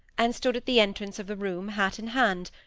and stood at the entrance of a room hat in hand,